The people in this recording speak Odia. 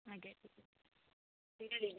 ଆଜ୍ଞା